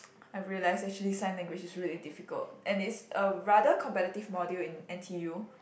I realise actually sign language is really difficult and it's a rather competitive module in N_t_U